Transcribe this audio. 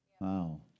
Wow